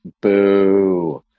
Boo